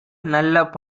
நல்ல